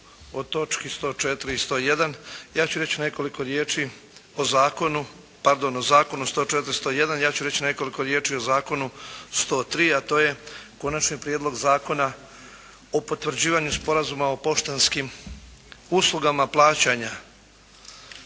o točki 104 i 101 ja ću reći nekoliko riječi o zakonu, pardon o zakonu 104, 101, ja ću reći nekoliko riječi o zakonu 103, a to je Konačni prijedlog Zakona o potvrđivanju Sporazuma o poštanskim uslugama plaćanja.